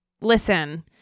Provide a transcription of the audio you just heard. listen